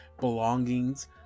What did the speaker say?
belongings